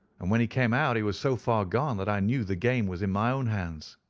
and when he came out he was so far gone that i knew the game was in my own hands.